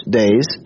days